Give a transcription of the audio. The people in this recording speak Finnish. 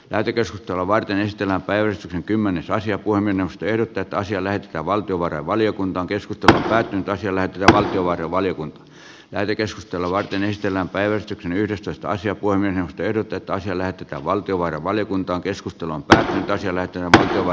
lähetekeskustelua varten ystävänpäivä kymmenesosia kuin minusta ehdotetaan siellä ja terveysvaliokunnan ja perustuslakivaliokunnan on yhdestoista sija voimme tehdä töitä asia lähetetään valtiovarainvaliokuntaan keskustellaan sähköisellä tasolla